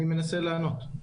אני מנסה לענות.